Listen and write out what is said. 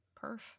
Perf